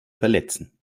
verletzen